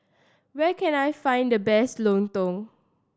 where can I find the best lontong